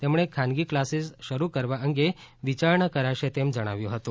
તેમણે ખાનગી કલાસીસ શરૂ કરવા અંગે વિચારણા કરાશે તેમ જણાવ્યું હતું